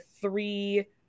three